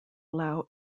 allow